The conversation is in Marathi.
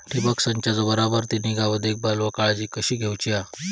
ठिबक संचाचा बराबर ती निगा व देखभाल व काळजी कशी घेऊची हा?